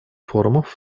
форумов